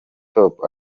top